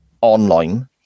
online